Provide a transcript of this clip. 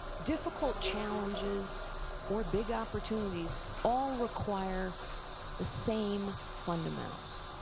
difficult challenges or big opportunities all require the same fundamentals.